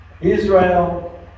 Israel